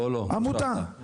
עמותה.